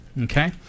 Okay